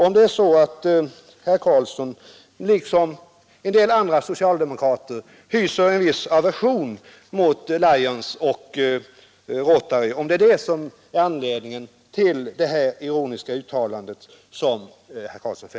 Anledningen till det ironiska uttalande som Göran Karlsson fällde kanske är att han liksom en del andra socialdemokrater hyser aversion mot Lions och Rotary.